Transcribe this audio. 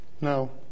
No